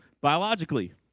biologically